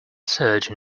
surgeon